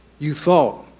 you saw,